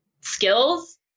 skills